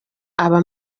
aba